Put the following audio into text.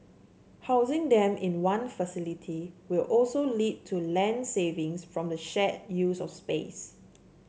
housing them in one facility will also lead to land savings from the shared use of space